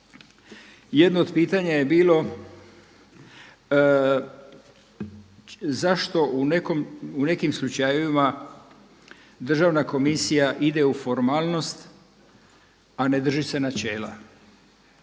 Jedno od pitanja je bilo zašto u nekim slučajevima Državna komisija ide u formalnost, a ne drži se načela.